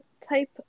type